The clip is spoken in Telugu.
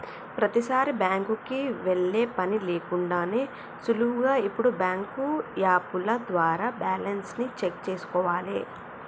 ప్రతీసారీ బ్యాంకుకి వెళ్ళే పని లేకుండానే సులువుగా ఇప్పుడు బ్యాంకు యాపుల ద్వారా బ్యాలెన్స్ ని చెక్ చేసుకోవాలే